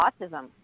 autism